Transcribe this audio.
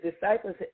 disciples